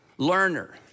Learner